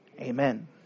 amen